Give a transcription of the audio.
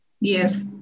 Yes